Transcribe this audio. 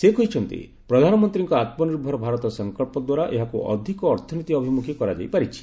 ସେ କହିଛନ୍ତି ପ୍ରଧାନମନ୍ତ୍ରୀଙ୍କ ଆତ୍ମନିର୍ଭର ଭାରତ ସଂକଳ୍ପ ଦ୍ୱାରା ଏହାକୁ ଅଧିକ ଅର୍ଥନୀତି ଅଭିମୁଖୀ କରାଯାଇ ପାରିଛି